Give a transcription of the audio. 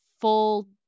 full